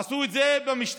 עשו את זה במשטרה.